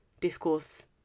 discourse